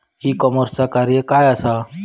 E कॉमर्सचा कार्य काय असा?